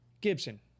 Gibson